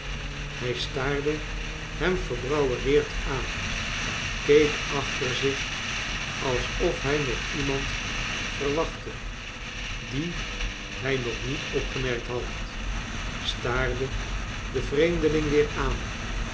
hij staarde hem verbouwereerd aan keek achter zich alsof hij nog iemand verwachtte dien hij nog niet opgemerkt had staarde den vreemdeling weer aan